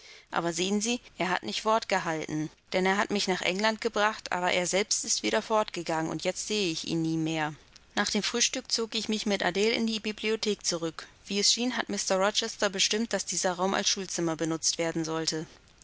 aber sie sehen er hat nicht wort gehalten denn er hat mich nach england gebracht aber er selbst ist wieder fortgegangen und jetzt sehe ich ihn nie mehr nach dem frühstück zog ich mich mit adele in die bibliothek zurück wie es schien hatte mr rochester bestimmt daß dieser raum als schulzimmer benutzt werden sollte